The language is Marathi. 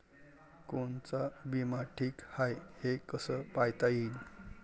कोनचा बिमा ठीक हाय, हे कस पायता येईन?